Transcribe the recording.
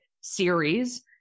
series